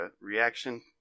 reaction